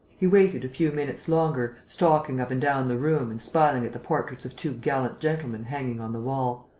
he waited a few minutes longer, stalking up and down the room and smiling at the portraits of two gallant gentlemen hanging on the wall